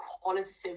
qualitative